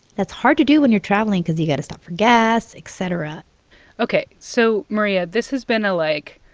that's hard to do when you're traveling because you've got to stop for gas, et cetera ok. so, maria, this has been a, like,